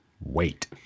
wait